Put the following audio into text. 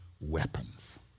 weapons